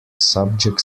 subject